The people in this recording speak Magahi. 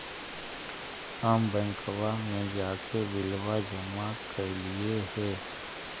हम बैंकवा मे जाके बिलवा जमा कैलिऐ हे?